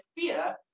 fear